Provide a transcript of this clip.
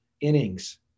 innings